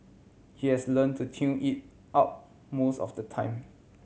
he has learn to tune it out most of the time